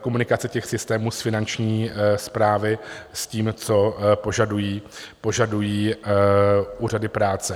komunikace systémů z Finanční správy s tím, co požadují úřady práce.